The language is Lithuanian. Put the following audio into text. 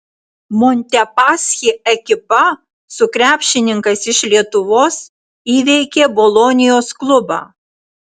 montepaschi ekipa su krepšininkais iš lietuvos įveikė bolonijos klubą